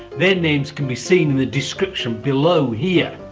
their names can be seen in the description below here.